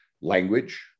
language